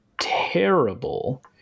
terrible